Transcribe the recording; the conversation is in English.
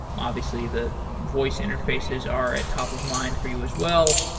obviously, the voice interfaces are a top of mind for you as well.